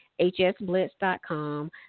hsblitz.com